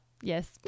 Yes